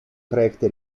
проекты